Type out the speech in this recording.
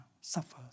suffers